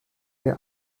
der